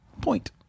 Point